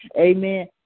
Amen